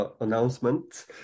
Announcement